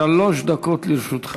שלוש דקות לרשותך.